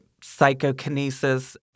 psychokinesis